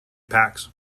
packs